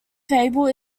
fable